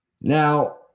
Now